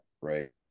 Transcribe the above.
right